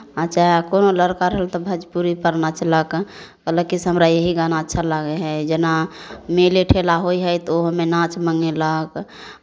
आ चाहे कोनो लड़का रहल तऽ भोजपुरीपर नाचलक कहलक कि से हमरा यही गाना अच्छा लागै हइ जेना मेले ठेला होइ हइ तऽ ओहोमे नाच मङ्गेलक